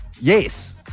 Yes